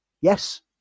Yes